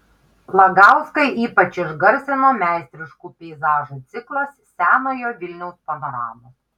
lagauską ypač išgarsino meistriškų peizažų ciklas senojo vilniaus panoramos